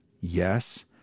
Yes